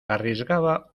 arriesgaba